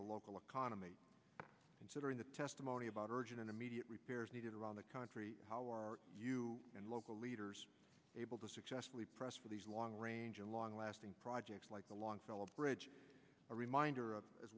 the local economy considering the testimony about urgent and immediate repairs needed around the country how are you and local leaders able to successfully press for the long range long lasting projects like the longfellow bridge a reminder